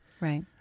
Right